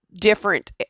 different